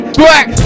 black